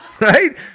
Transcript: Right